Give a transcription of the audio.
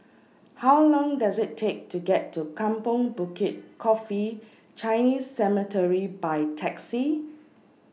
How Long Does IT Take to get to Kampong Bukit Coffee Chinese Cemetery By Taxi